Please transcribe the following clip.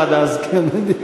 רק שלא יתפוצצו עד אז, כן.